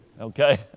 Okay